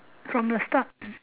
from the start